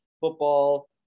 football